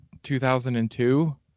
2002